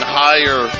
higher